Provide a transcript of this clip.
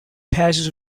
patches